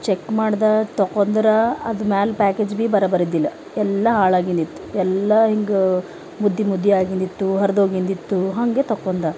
check ಮಾಡಿದ ತೊಕೊಂಡ್ರ ಅದ ಮ್ಯಾಲ ಪ್ಯಾಕೇಜ್ ಬಿ ಬರಾಬರ್ ಇದ್ದಿಲ್ಲ ಎಲ್ಲಾ ಹಾಳಾಗಿನ ಇತ್ತು ಎಲ್ಲಾ ಹಿಂಗೆ ಮುದ್ದಿ ಮುದ್ದಿ ಆಗಿಂದಿತ್ತು ಹರ್ದೊಗಿಂದಿತ್ತು ಹಂಗೆ ತಕೊಂಡ